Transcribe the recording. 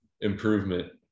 improvement